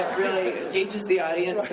really engages the audience